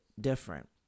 different